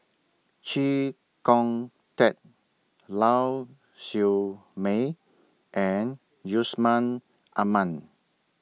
Chee Kong Tet Lau Siew Mei and Yusman Aman